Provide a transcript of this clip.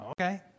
okay